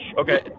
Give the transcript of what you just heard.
okay